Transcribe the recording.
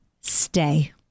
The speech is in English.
Stay